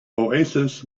oasis